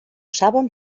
saben